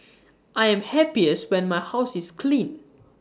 I am happiest when my house is clean